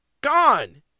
Gone